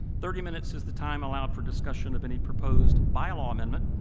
thirty minutes is the time allowed for discussion of any proposed bylaw amendment,